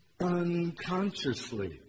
unconsciously